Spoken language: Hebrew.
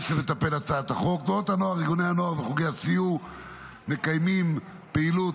ארגוני הנוער וחוגי הסיור מקיימים פעילות